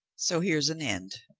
so here's an end.